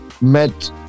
met